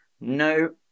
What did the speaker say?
No